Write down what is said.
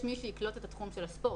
יש מי שיקלוט את התחום של הספורט.